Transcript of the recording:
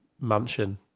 mansion